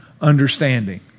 understanding